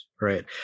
Right